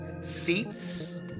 seats